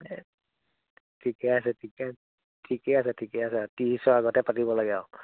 ঠিকে আছে ঠিকে আছে ঠিকে আছে ঠিকে আছে ত্ৰিছৰ আগতে পাতিব লাগে আও